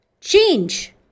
Change